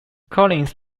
collins